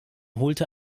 holte